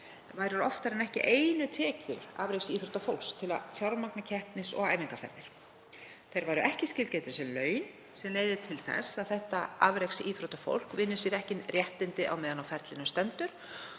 ÍSÍ væru oftar en ekki einu tekjur afreksíþróttafólks til að fjármagna keppnis- og æfingaferðir. Þeir væru ekki skilgreindir sem laun sem leiðir til þess að þetta afreksíþróttafólk vinnur sér ekki inn réttindi á meðan á ferlinu stendur